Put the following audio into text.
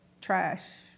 trash